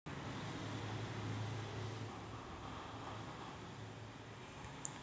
मैदा बनवण्याच्या प्रक्रियेत, ते जीवनसत्त्वे आणि खनिजांसारखे सर्व पोषक गमावते